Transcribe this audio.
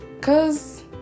cause